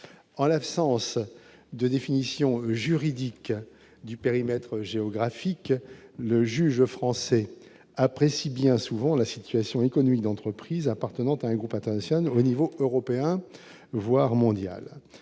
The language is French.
en l'absence de définition juridique du périmètre géographique, le juge français apprécie bien souvent la situation économique d'entreprises appartenant à un groupe international au niveau européen, voire mondial,